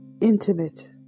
intimate